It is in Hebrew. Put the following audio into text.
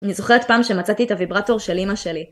אני זוכרת פעם שמצאתי את הוויברטור של אימא שלי.